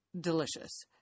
Delicious